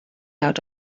out